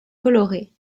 colorés